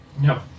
No